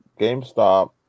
GameStop